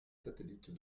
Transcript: satellites